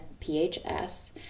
PHS